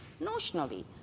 notionally